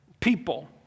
people